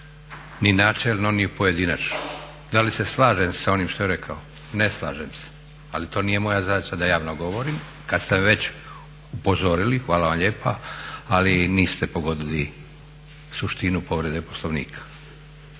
ni načelno ni pojedinačno. Da li se slažem sa onim što je rekao? Ne slažem se, ali to nije moja zadaća da javno govorim. Kad ste me već upozorili hvala vam lijepa ali niste pogodili suštinu povrede Poslovnika.